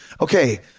okay